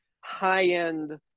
high-end